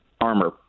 armor